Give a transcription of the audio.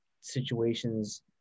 situations